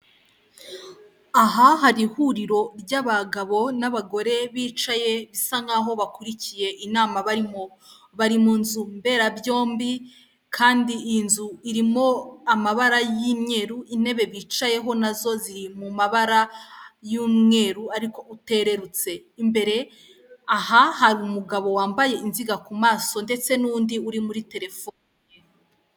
Aha hari ihuriro ry'abagabo n'abagore bicaye bisa nk'aho bakurikiye inama barimo, bari mu nzu mberabyombi kandi iyi nzu irimo amabara y'imyeru intebe bicayeho nazo ziri mu mabara y'umweru uterurutse imbere aha hari umugabo wambaye inziga ku maso ndetse n'undi uri muri telefone.